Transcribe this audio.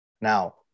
now